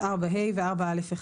4(ה) ו-4א1,